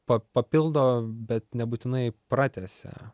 pa papildo bet nebūtinai pratęsia